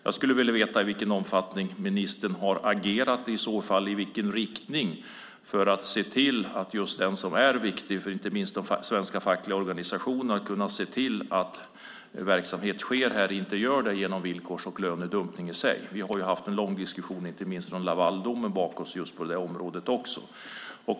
Jag skulle vilja veta i vilken omfattning ministern har agerat och i vilken riktning för att se till, som är viktigt inte minst för de fackliga organisationerna, att det inte sker verksamhet här genom villkors och lönedumpning. Vi har en lång diskussion, inte minst efter Lavaldomen, på det här området.